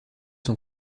son